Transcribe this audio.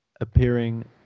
appearing